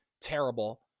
terrible